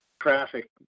traffic